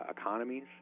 economies